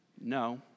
No